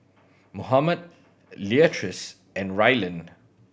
Mohammad Leatrice and Rylan